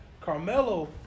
Carmelo